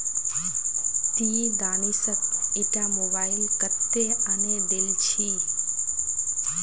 ती दानिशक ईटा मोबाइल कत्तेत आने दिल छि